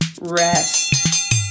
rest